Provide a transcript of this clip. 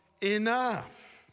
enough